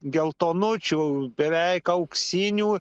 geltonučių beveik auksinių